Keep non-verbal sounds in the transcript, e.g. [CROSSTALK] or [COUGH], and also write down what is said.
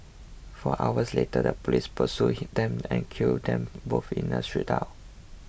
four hours later the police pursued him them and killed them [HESITATION] both in a shootout